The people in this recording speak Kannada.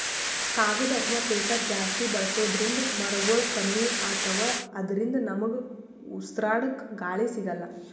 ಕಾಗದ್ ಅಥವಾ ಪೇಪರ್ ಜಾಸ್ತಿ ಬಳಸೋದ್ರಿಂದ್ ಮರಗೊಳ್ ಕಮ್ಮಿ ಅತವ್ ಅದ್ರಿನ್ದ ನಮ್ಗ್ ಉಸ್ರಾಡ್ಕ ಗಾಳಿ ಸಿಗಲ್ಲ್